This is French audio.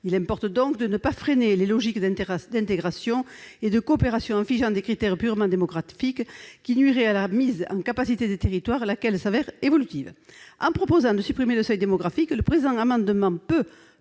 Il importe donc de ne pas freiner les logiques d'intégration et de coopération en figeant des critères purement démographiques qui nuiraient à la mise en capacité des territoires, laquelle se révèle évolutive. En proposant de supprimer le seuil démographique, le présent amendement peut